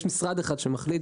לא נעים להגיד.